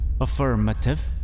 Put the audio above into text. Affirmative